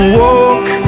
walk